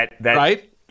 Right